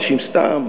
אנשים סתם,